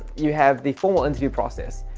you have the formal interview process.